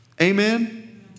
Amen